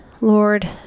Lord